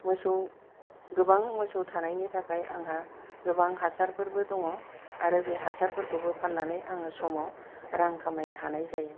मोसौ गोबां मोसौ थानायनि थाखाय आंहा गोबां हासारफोरबो दङ आरो बे हासारफोरखौबो फाननानै आङो समाव रां खामायनो हानाय जायो